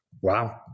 Wow